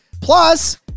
Plus